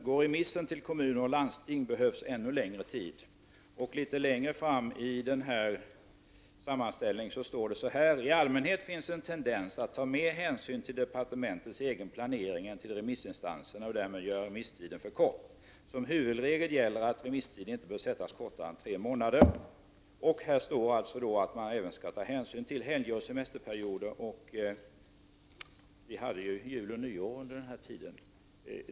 Går remissen till kommuner och landsting behövs ännu längre tid.” I handboken står även följande: ”I allmänhet finns det en tendens att ta mer hänsyn till departementens egen planering än till remissinstanserna och därmed göra remisstiden för kort. Som huvudregel gäller att remisstider inte bör sättas kortare än tre månader.” Vidare står det i handboken att hänsyn även skall tas till helger och semesterperioder. Under den här remisstiden inföll ju jul och nyår.